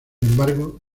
embargo